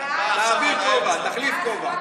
תחליף כובע.